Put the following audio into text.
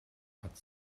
bud